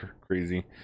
crazy